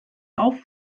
auf